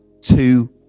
two